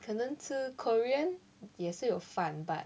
可能吃 korean 也是有饭 but